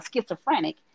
schizophrenic